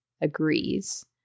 agrees